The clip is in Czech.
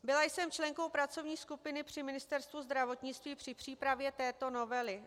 Byla jsem členkou pracovní skupiny při Ministerstvu zdravotnictví při přípravě této novely.